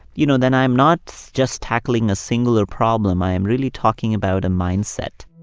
you know, then i'm not just tackling a singular problem, i am really talking about a mindset